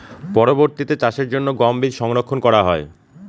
পরবর্তিতে চাষের জন্য গম বীজ সংরক্ষন করা হয়?